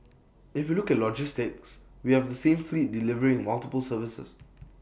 if you look at logistics we have the same fleet delivering multiple services